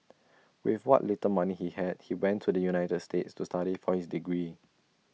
with what little money he had he went to the united states to study for his degree